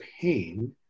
pain